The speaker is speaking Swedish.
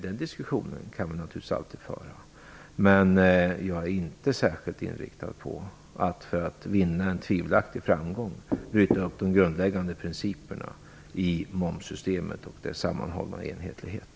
Den diskussionen kan vi naturligtvis alltid ta upp, men jag är inte särskilt inriktad på att vinna en tvivelaktig framgång genom att bryta upp de grundläggande principerna för momssystemets sammanhållning och enhetlighet.